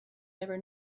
never